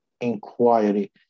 inquiry